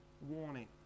warning